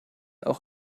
auch